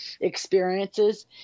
experiences